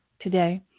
today